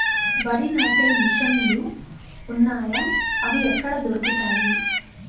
వరి నాటే మిషన్ ను లు వున్నాయా? అవి ఎక్కడ దొరుకుతాయి?